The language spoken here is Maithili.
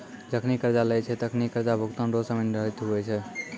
जखनि कर्जा लेय छै तखनि कर्जा भुगतान रो समय निर्धारित हुवै छै